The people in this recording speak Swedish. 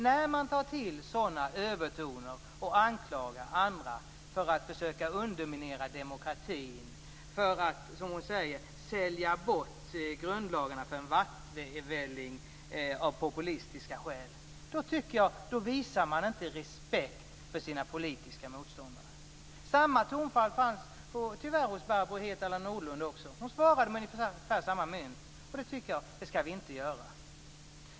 När man tar till sådana övertoner och anklagar andra för att försöka underminera demokratin och för att, som Inger René säger, av populistiska skäl sälja bort grundlagarna för en vattvälling, tycker jag att man inte visar respekt för sina politiska motståndare. Samma tonfall fanns, tyvärr, också hos Barbro Hietala Nordlund. Hon svarade med ungefär samma mynt, och det tycker jag inte att vi skall göra.